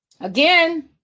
Again